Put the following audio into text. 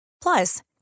Plus